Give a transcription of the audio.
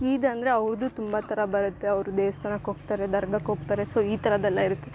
ಇದ್ ಅಂದರೆ ಅವ್ರದ್ದು ತುಂಬ ಥರ ಬರುತ್ತೆಅವ್ರು ದೇವಸ್ಥಾನಕ್ ಹೋಗ್ತಾರೆ ದರ್ಗಾಕ್ ಹೋಗ್ತಾರೆ ಸೊ ಈ ಥರದೆಲ್ಲ ಇರುತ್ತೆ